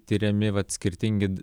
tiriami vat skirtingi